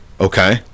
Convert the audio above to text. Okay